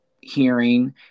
hearing